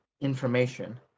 information